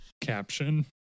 caption